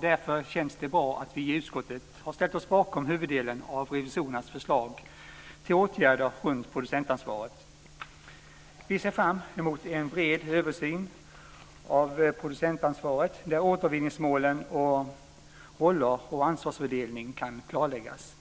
Därför känns det bra att vi i utskottet har ställt oss bakom huvuddelen av revisorernas förslag till åtgärder runt producentansvaret. Vi ser fram emot en bred översyn av producentansvaret där återvinningsmålen, roller och ansvarsfördelning kan klarläggas.